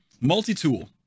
Multi-tool